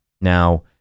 Now